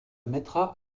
mettra